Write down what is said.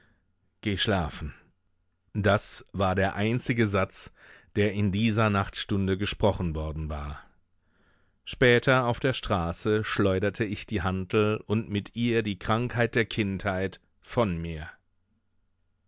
schlafen das war der einzige satz der in dieser nachtstunde gesprochen worden war später auf der straße schleuderte ich die hantel und mit ihr die krankheit der kindheit von mir